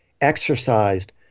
exercised